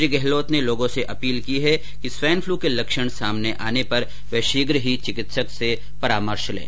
श्री गहलोत ने लोगो से अपील की है कि स्वाईन फ्लू के लक्षण सामने आने पर वह शीघ्र ही चिकित्सक से परामर्श लें